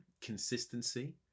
consistency